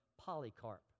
Polycarp